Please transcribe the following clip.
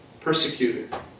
persecuted